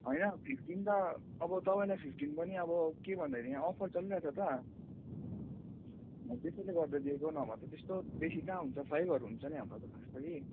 होइन फिफ्टिन त अब तपाईँलाई फिफ्टिन पनि अब के भनेर दिने अफर चलिरहेछ त म त्यसैले गर्दा दिएको नभए त त्यस्तो बेसी कहाँ हुन्छ फाइभहरू हुन्छ नि हाम्रो त खास त कि